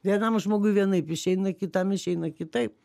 vienam žmogui vienaip išeina kitam išeina kitaip